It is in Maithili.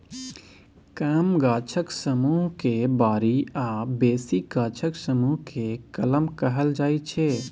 कम गाछक समुह केँ बारी आ बेसी गाछक समुह केँ कलम कहल जाइ छै